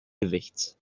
gewichts